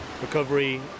recovery